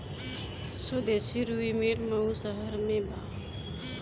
स्वदेशी रुई मिल मऊ शहर में बा